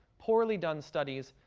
poorly done studies,